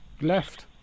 left